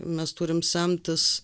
mes turim semtis